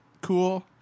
cool